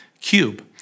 cube